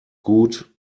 gut